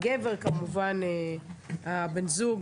הגבר כמובן, בן הזוג